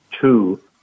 two